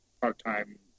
part-time